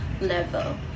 level